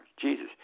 Jesus